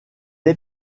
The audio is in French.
est